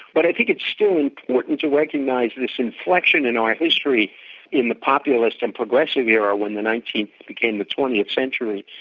but i think it's still important to recognise this inflection in our history in the populist and progressive era when the nineteenth became the twentieth century,